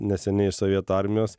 neseniai iš sovietų armijos